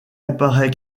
apparaît